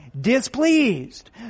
displeased